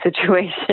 situation